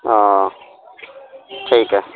ٹھیک ہے